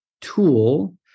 tool